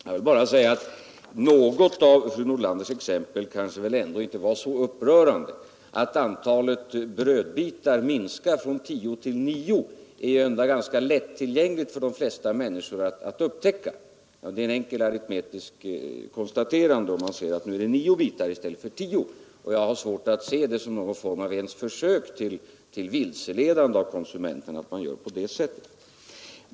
Jag vill bara säga att något av fru Nordlanders exempel kanske ändå inte var så upprörande. Att antalet brödbitar minskar från tio till nio är dock ganska lätt för de flesta människor att upptäcka. Det är enkelt att aritmetiskt konstatera att nu är det nio bitar i stället för tio. Jag har svårt att se detta ens som ett försök att vilseleda konsumenten.